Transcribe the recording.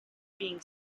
being